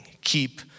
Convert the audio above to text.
keep